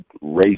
race